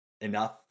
enough